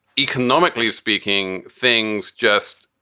economically speaking, things just.